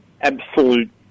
absolute